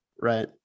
right